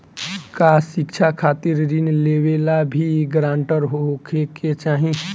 का शिक्षा खातिर ऋण लेवेला भी ग्रानटर होखे के चाही?